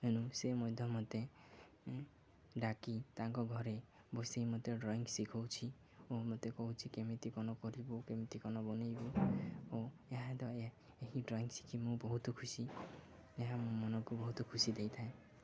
ଏଣୁ ସେ ମଧ୍ୟ ମୋତେ ଡାକି ତାଙ୍କ ଘରେ ବସାଇ ମୋତେ ଡ୍ରଇଂ ଶିଖାଉଛି ଓ ମୋତେ କହୁଛି କେମିତି କ'ଣ କରିବୁ କେମିତି କ'ଣ ବନାଇବୁ ଓ ଏହା ଏହି ଡ୍ରଇଂ ଶିଖି ମୁଁ ବହୁତ ଖୁସି ଏହା ମୋ ମନକୁ ବହୁତ ଖୁସି ଦେଇଥାଏ